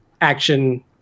action